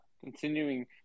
continuing